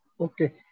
Okay